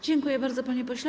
Dziękuję bardzo, panie pośle.